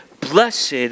blessed